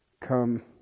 come